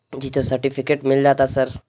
جی تو سرٹیفکیٹ مل جاتا سر